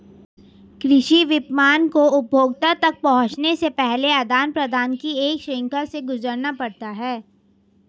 कृषि विपणन को उपभोक्ता तक पहुँचने से पहले आदान प्रदान की एक श्रृंखला से गुजरना पड़ता है